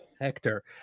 Hector